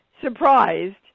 surprised